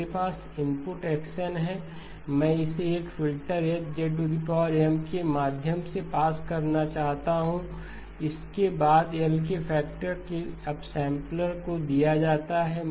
मेरे पास input x n है मैं इसे एक फ़िल्टर H के माध्यम से पास करना चाहता हूं इसके बाद L के फैक्टर के अपसैंपलर को दिया जाता है